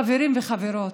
חברים וחברות,